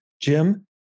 Jim